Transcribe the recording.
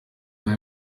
may